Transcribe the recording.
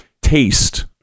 taste